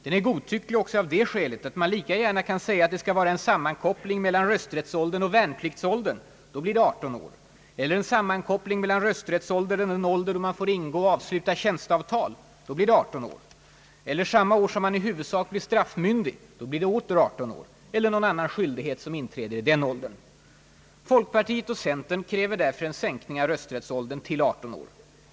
Den är godtycklig också av det skälet att man lika gärna kan säga att det skall vara en sammankoppling mellan rösträttsålder och värnpliktsålder — då blir det 18 år, Eller en sammankoppling mellan rösträttsålder och den ålder när man får ingå och avsluta tjänsteavtal — då blir det också 18 år. Eller samma år som man i huvudsak blir straffmyndig — då blir det åter 18 år — eller någon annan skyldighet som inträder i den åldern. Folkpartiet och centern kräver därför en sänkning av rösträttsåldern till 18 år.